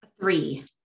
Three